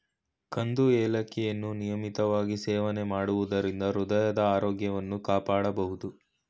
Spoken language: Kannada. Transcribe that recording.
ಕಂದು ಏಲಕ್ಕಿಯನ್ನು ನಿಯಮಿತವಾಗಿ ಸೇವನೆ ಮಾಡೋದರಿಂದ ಹೃದಯದ ಆರೋಗ್ಯವನ್ನು ಕಾಪಾಡ್ಬೋದು